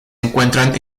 encuentran